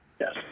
Yes